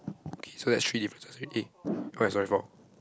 K so that's three differences already oh ya sorry four